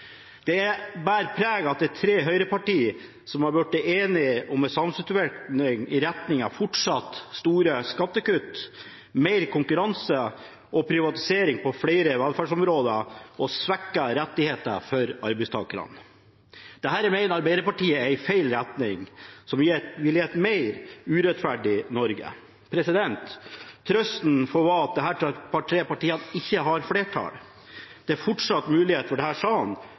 overfor. Plattformen bærer preg av at tre høyrepartier har blitt enige om en samfunnsutvikling i retning av fortsatt store skattekutt, mer konkurranse og privatisering på flere velferdsområder og svekkede rettigheter for arbeidstakerne. Dette mener Arbeiderpartiet er feil retning, som vil gi et mer urettferdig Norge. Trøsten får være at disse tre partiene ikke har flertall. Det er fortsatt mulighet for denne salen å få flertall for en annen kurs. Litt av det